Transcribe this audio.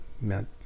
meant